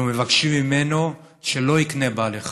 אנו מבקשים ממנו שלא יקנה בעלי חיים,